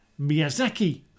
Miyazaki